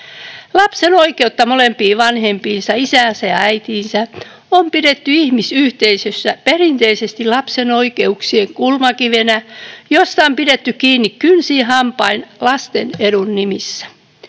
Lapsen oikeutta molempiin vanhempiinsa, isäänsä ja äitiinsä, on pidetty ihmisyhteisössä perinteisesti lapsen oikeuksien kulmakivenä, josta on pidetty kiinni kynsin hampain lasten edun nimissä